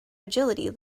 agility